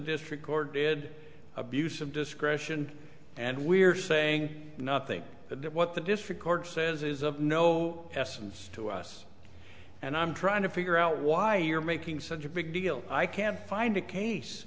district court did abuse of discretion and we're saying nothing but what the district court says is of no essence to us and i'm trying to figure out why you're making such a big deal i can't find a case